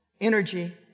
energy